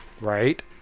right